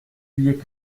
vieux